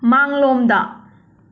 ꯃꯥꯡꯂꯣꯝꯗ